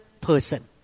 person